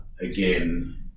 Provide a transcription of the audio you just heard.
Again